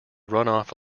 runoff